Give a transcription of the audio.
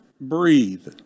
Breathe